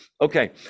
Okay